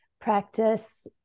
practice